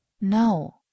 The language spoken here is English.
No